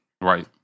Right